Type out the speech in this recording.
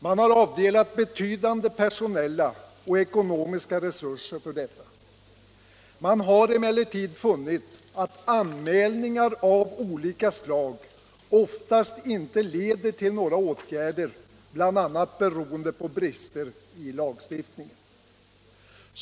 Man har avdelat betydande personella och ekonomiska resurser men har funnit att anmälningar av olika slag oftast inte leder till några åtgärder, bl.a. beroende på brister i lagstiftningen.